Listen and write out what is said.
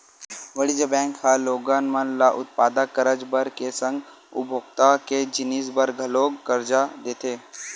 वाणिज्य बेंक ह लोगन मन ल उत्पादक करज बर के संग उपभोक्ता के जिनिस बर घलोक करजा देथे